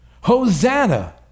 Hosanna